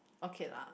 okay lah